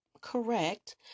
correct